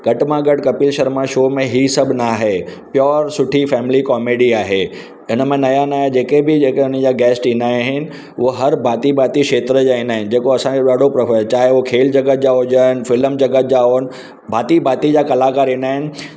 घटि मां घटि कपिल शर्मा शो में ई सभु नाहे प्योर सुठी फैमिली कॉमेडी आहे हिन मां नया नया जेके बि जेके हुन जा गेस्ट ईंदा आहिनि उहे हर भांती भांती क्षेत्र जा ईंदा आहिनि जेको असांजो ॾाढो प्रभावित चाहे उहा खेल जगत जा हुजनि फ़िलम जगत जा हुजनि भांती भांती जा कलाकार ईंदा आहिनि